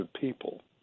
people